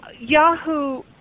Yahoo